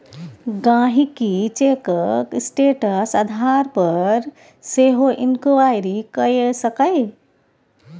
गांहिकी चैकक स्टेटस आधार पर सेहो इंक्वायरी कए सकैए